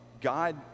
God